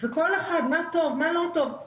כל אחד מדבר פה על מה טוב ומה לא טוב,